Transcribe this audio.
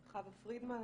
חוה פרידמן,